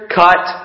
cut